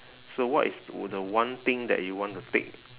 so what is the o~ the one thing that you want to take